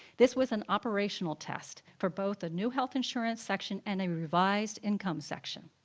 this was an operational test for both the new health insurance section and a revised income section.